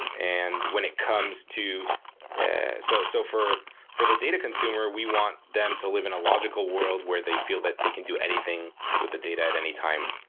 and when it comes to so so for for the data consumer, we want them to live in a logical world where they feel that they can do anything with the data at any time.